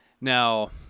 Now